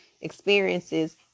experiences